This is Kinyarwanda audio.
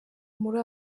muri